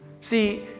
See